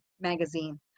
Magazine